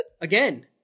Again